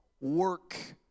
work